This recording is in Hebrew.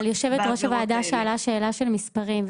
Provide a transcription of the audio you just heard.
אבל יושבת ראש הוועדה שאלה שאלה של מספרים.